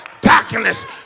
darkness